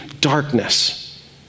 darkness